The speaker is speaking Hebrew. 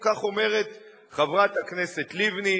כך אומרת חברת הכנסת לבני,